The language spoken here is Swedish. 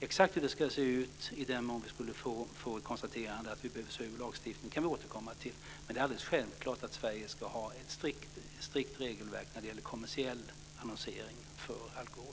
Exakt hur det skulle se ut i den mån vi skulle få ett konstaterande av att vi behöver se över lagstiftningen kan vi återkomma till, men det är alldeles självklart att Sverige ska ha ett strikt regelverk när det gäller kommersiell annonsering för alkohol.